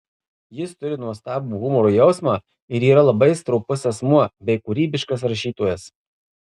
jis turi nuostabų humoro jausmą ir yra labai stropus asmuo bei kūrybiškas rašytojas